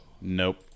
Nope